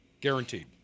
guaranteed